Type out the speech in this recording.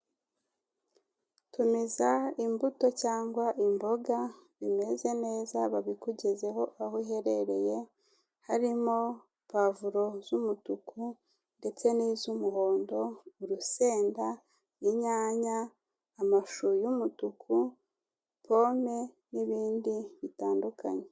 Tumiza imbuto cyangwa imboga bimeze neza babikugezeho aho uherereye harimo pawavuro z'umutuku ndetse n'iz'umuhondo, urusenda, inyanya, amashu y'umutuku, pome n'ibindi bitandukanye.